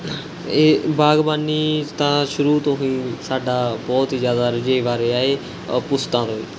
ਇਹ ਬਾਗ਼ਬਾਨੀ ਤਾਂ ਸ਼ੁਰੂ ਤੋਂ ਹੀ ਸਾਡਾ ਬਹੁਤ ਹੀ ਜ਼ਿਆਦਾ ਰੁਝੇਵਾਂ ਰਿਹਾ ਹੈ ਪੁਸ਼ਤਾਂ ਤੋਂ